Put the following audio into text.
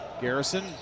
Garrison